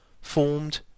formed